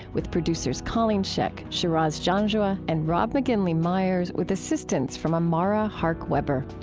with producers colleen scheck, shiraz janjua, and rob mcginley myers, with assistance from amara hark-weber.